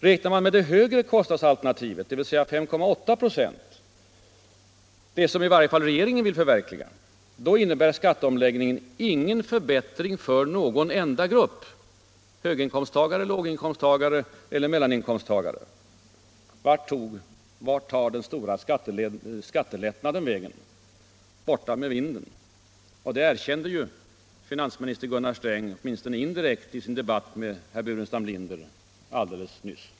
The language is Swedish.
Räknat på det högre kostnadsalternativet, dvs. 5,8 96, det som i varje fall regeringen vill förverkliga, innebär skatteomläggningen ingen förbättring för någon enda grupp. Vart tar den stora skattelättnaden vägen? Borta med vinden. Det erkände finansminister Gunnar Sträng åtminstone indirekt i sin debatt med herr Burenstam Linder alldeles nyss.